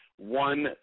One